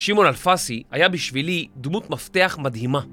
שמעון אלפסי היה בשבילי דמות מפתח מדהימה